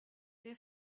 det